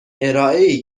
ارائهای